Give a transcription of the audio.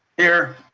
here.